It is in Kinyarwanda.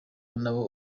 nabo